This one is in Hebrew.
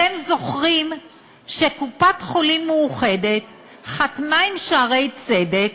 אתם זוכרים שקופת-חולים מאוחדת חתמה עם "שערי צדק",